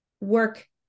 work